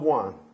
one